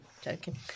Joking